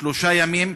שלושה ימים,